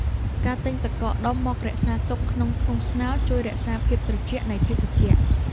ការទិញទឹកកកដុំមករក្សាទុកក្នុងធុងស្នោ ជួយរក្សាភាពត្រជាក់នៃភេសជ្ជៈ។